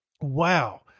wow